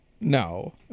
No